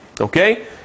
Okay